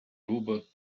robert